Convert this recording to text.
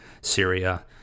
Syria